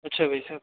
अच्छा भाईसाहब